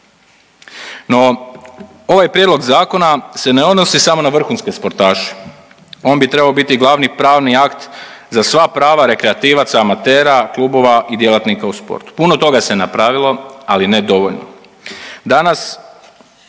No, ovaj prijedlog zakona se ne odnosi samo na vrhunske sportaše, on bi trebao biti glavni pravni akt za sva prava rekreativaca amatera, klubova i djelatnika u sportu. Puno toga se napravilo, ali ne dovoljno.